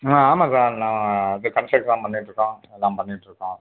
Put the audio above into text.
ஆ ஆமாம் சார் நான் இது கன்ஸ்ட்ரக்ட்லாம் பண்ணிட்டுருக்கோம் அதெல்லாம் பண்ணிட்டுருக்கோம்